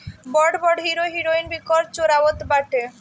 बड़ बड़ hero heroine भी कर चोरावत बाटे